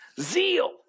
Zeal